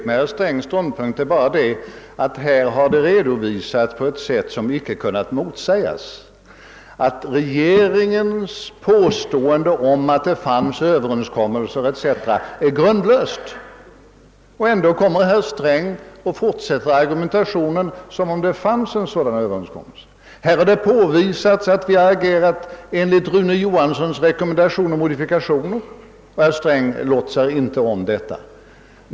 Herr talman! På ett sätt som icke kunnat motsägas har det i debatten redovisats, att regeringens påstående om att det fanns politiska överenskommelser etc. är grundlöst. Felet med herr Strängs ståndpunkt är bara att han trots detta fortsätter sin argumentation som om det fanns en sådan överenskommelse. Det har vidare påvisats att vi inom oppositionen har agerat enligt statsrådet Rune Johanssons rekommendationer om eventuella modifikationer, men inte heller det låtsas herr Sträng om.